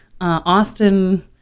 Austin